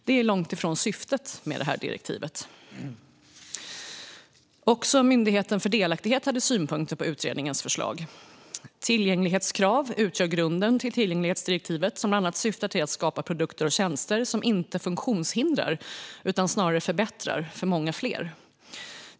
Det är långt ifrån syftet med direktivet. Också Myndigheten för delaktighet hade synpunkter på utredningens förslag, och skrev: Tillgänglighetskrav utgör grunden till tillgänglighetsdirektivet som bland annat syftar till att skapa produkter och tjänster som inte funktionshindrar utan snarar förbättrar för många fler.